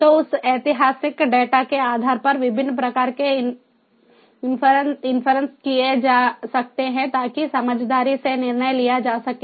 तो उस ऐतिहासिक डेटा के आधार पर विभिन्न प्रकार के इन्फरन्स किए जा सकते हैं ताकि समझदारी से निर्णय लिया जा सके